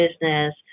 business